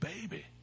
baby